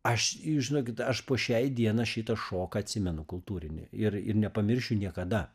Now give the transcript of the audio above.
aš žinokit aš po šiai diena šitą šoką atsimenu kultūrinį ir ir nepamiršiu niekada